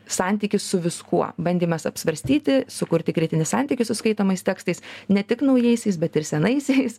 santykis su viskuo bandymas apsvarstyti sukurti kritinį santykį su skaitomais tekstais ne tik naujaisiais bet ir senaisiais